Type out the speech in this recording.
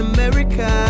America